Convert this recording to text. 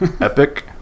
epic